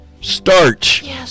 Starch